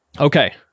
Okay